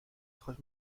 hijos